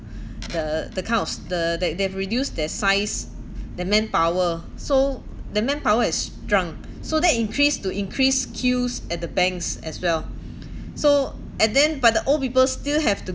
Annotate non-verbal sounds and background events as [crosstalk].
[breath] the the kind of the they they've reduced their size their manpower so the manpower is shrunk [breath] so that increased to increased queues at the banks as well [breath] so and then but the old people still have to